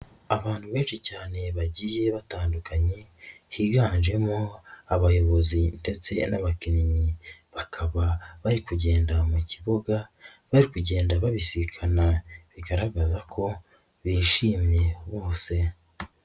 Abantu benshi cyane bagiye batandukanye, higanjemo abayobozi ndetse n'abakinnyi, bakaba bari kugenda mu kibuga, bari kugenda babisikana bigaragaza ko bishimye bose.